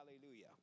hallelujah